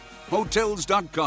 Hotels.com